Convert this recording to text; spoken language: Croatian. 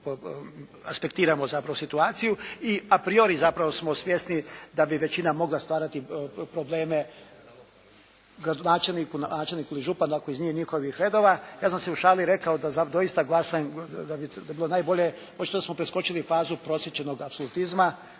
aspektiramo zapravo situaciju i a priori zapravo smo svjesni da bi većina mogla stvarati probleme gradonačelniku, načelniku ili županu ako nije iz njihovih redova. Ja sam u šali rekao da doista glasujem, da bi bilo najbolje budući da smo preskočili fazu prosvijećenog apsolutizma,